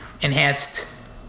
enhanced